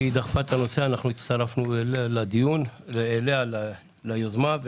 קרן דחפה את הדיון הזה ואנחנו הצטרפנו ליוזמה שלה,